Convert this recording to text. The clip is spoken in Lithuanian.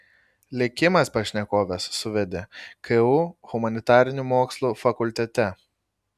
likimas pašnekoves suvedė ku humanitarinių mokslų fakultete